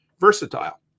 versatile